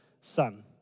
Son